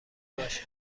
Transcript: باشه